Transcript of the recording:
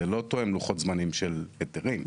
זה לא תואם לוחות זמנים של היתרים.